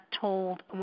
told